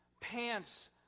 pants